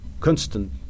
constant